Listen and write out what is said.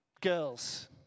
girls